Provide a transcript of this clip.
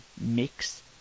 Mix